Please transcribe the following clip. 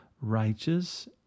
righteous